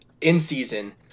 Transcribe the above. in-season